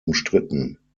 umstritten